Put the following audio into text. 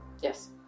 Yes